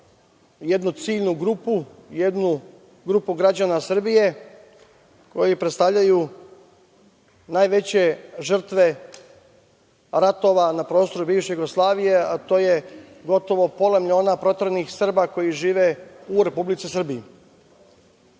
jednu ciljnu grupu, jednu grupu građana Srbije koji predstavljaju najveće žrtve ratova na prostoru bivše Jugoslavije, a to je gotovo pola miliona proteranih Srba koji žive u Republici Srbiji. Kao